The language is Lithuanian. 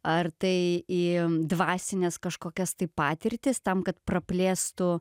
ar tai į dvasines kažkokias tai patirtis tam kad praplėstų